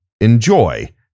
enjoy